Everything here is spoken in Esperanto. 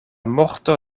morto